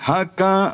Haka